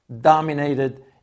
dominated